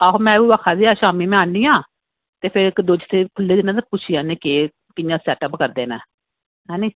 आहो में उ'ऐ आक्खा दी ऐ की शामीं में आनी आं ते इक्क मतलब पुच्छी आनी आं केह् सैट अप करदे न ऐनी